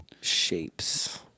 Shapes